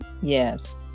Yes